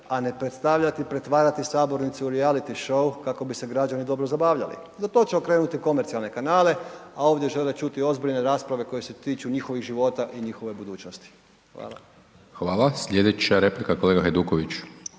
a ne predstavljati i pretvarati sabornicu u reality show kako bi se građani dobro zabavljali, za to će okrenuti komercionalne kanale, a ovdje žele čuti ozbiljne rasprave koje se tiču njihovih života i njihove budućnosti. Hvala. **Hajdaš Dončić,